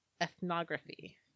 ethnography